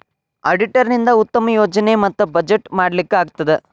auditor ನಿಂದಾ ಉತ್ತಮ ಯೋಜನೆ ಮತ್ತ ಬಜೆಟ್ ಮಾಡ್ಲಿಕ್ಕೆ ಆಗ್ತದ